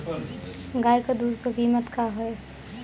गाय क दूध क कीमत का हैं?